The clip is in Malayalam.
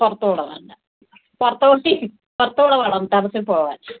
പുറത്തുകൂടെ വേണ്ട പുറത്തോട്ട് ഇപ്പറത്തൂടെ വേണം റ്റെറസിൽ പോകാൻ